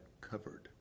covered